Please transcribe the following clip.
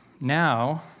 now